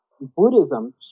Buddhism